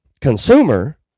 consumer